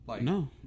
No